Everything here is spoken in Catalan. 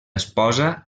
esposa